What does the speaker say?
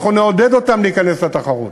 אנחנו נעודד אותן להיכנס לתחרות.